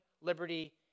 Liberty